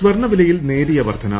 സ്വർണ വിലയിൽ നേരിയ വർദ്ധന